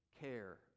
care